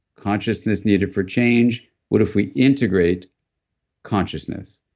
consciousness needed for change what if we integrate consciousness?